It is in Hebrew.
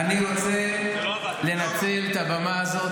אבל גם ככה זה לא זז.